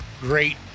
great